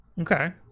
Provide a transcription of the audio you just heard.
Okay